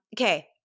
Okay